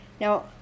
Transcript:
Now